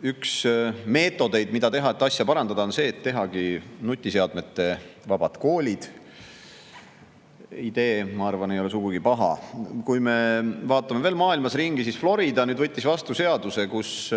üks meetod asja parandada on see, et teha nutiseadmevabad koolid. Idee, ma arvan, ei ole sugugi paha. Aga vaatame veel maailmas ringi. Florida võttis vastu seaduse, kus